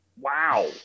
wow